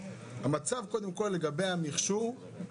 המצב קודם כל לגבי המכשור,